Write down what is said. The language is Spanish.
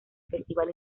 festival